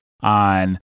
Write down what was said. on